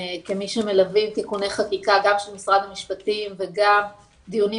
כמי שמלווים תיקוני חקיקה גם של משרד המשפטים וגם דיונים